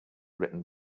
written